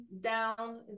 down